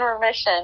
remission